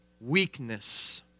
weakness